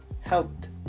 helped